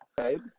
okay